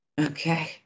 Okay